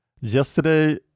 Yesterday